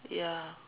ya